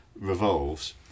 revolves